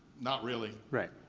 not really. right.